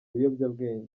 biyobyabwenge